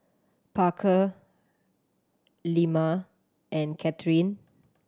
Parker Ilma and Kathrine